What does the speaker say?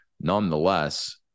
nonetheless